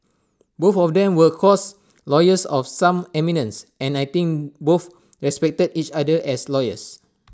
both of them were of course lawyers of some eminence and I think both respected each other as lawyers